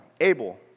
Abel